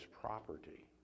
property